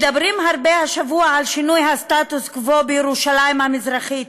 מדברים הרבה השבוע על שינוי הסטטוס קוו בירושלים המזרחית.